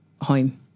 home